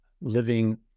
living